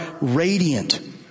radiant